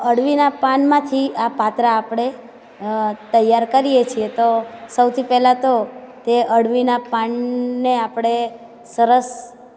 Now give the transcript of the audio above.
અડવીના પાનમાંથી આ પાતરા આપણે તૈયાર કરીએ છીએ તો સૌથી પહેલાં તો તે અડવીના પાનને આપણે સરસ